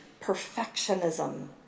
perfectionism